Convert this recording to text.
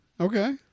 okay